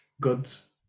goods